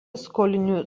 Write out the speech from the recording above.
skolinių